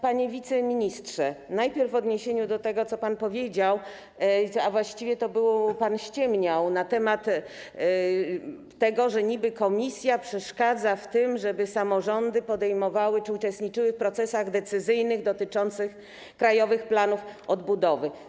Panie wiceministrze, najpierw w odniesieniu do tego, co pan powiedział, a właściwie to pan ściemniał na temat tego, że niby Komisja przeszkadza w tym, żeby samorządy podejmowały decyzje czy uczestniczyły w procesach decyzyjnych dotyczących krajowych planów odbudowy.